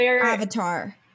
avatar